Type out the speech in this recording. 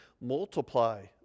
multiply